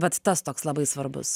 vat tas toks labai svarbus